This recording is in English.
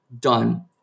done